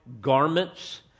garments